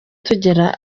tugera